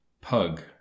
pug